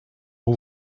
all